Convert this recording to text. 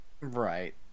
Right